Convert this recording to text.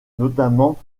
notamment